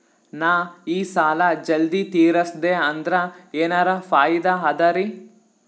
ನಾ ಈ ಸಾಲಾ ಜಲ್ದಿ ತಿರಸ್ದೆ ಅಂದ್ರ ಎನರ ಫಾಯಿದಾ ಅದರಿ?